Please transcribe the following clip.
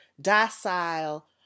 docile